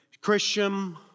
Christian